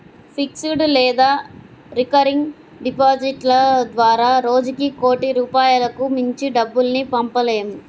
fixed లేదా recurring డిపాజిట్ల ద్వారా రోజుకి కోటి రూపాయలకు మించి డబ్బుల్ని పంపలేము